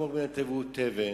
גם אומרים להם תביאו תבן.